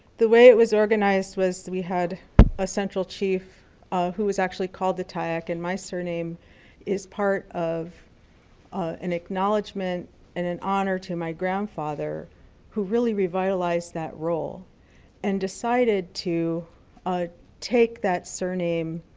the way it was organized was we had a central chief who was actually called the tayac, and my sir name is part of an acknowledgement and an honor to my grandfather who really revitalized that role and decided to ah take that sir name